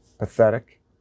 Pathetic